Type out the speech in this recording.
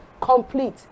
complete